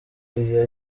iyo